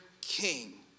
king